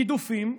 גידופים,